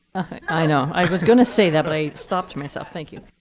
i know. i was going to say that, but i stopped myself. thank you.